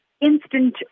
instant